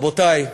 רבותי,